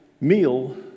meal